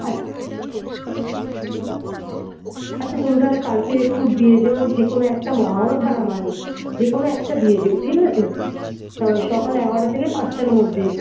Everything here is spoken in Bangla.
আচ্ছা আচ্ছা তুমি তাহলে কালকে একটু দিয়ে যেও যে কোনো একটা মহাভারত বা রামায়ণ যে কোনো একটা দিয়ে যেও ঠিক আছে সকাল এগারোটা থেকে পাঁচটার মধ্যে